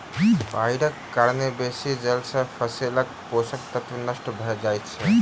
बाइढ़क कारणेँ बेसी जल सॅ फसीलक पोषक तत्व नष्ट भअ जाइत अछि